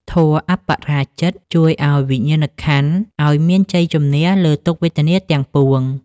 ធម៌ "អបរាជិត" ជួយឱ្យវិញ្ញាណក្ខន្ធឲ្យមានជ័យជម្នះលើទុក្ខវេទនាទាំងពួង។